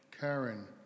Karen